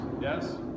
Yes